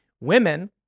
women